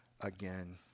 again